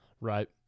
Right